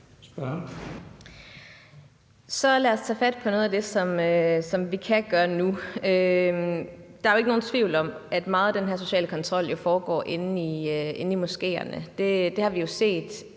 Så lad os tage fat på noget af det, som vi kan gøre nu. Der er ikke nogen tvivl om, at meget af den her sociale kontrol jo foregår inde i moskéerne. Det har vi set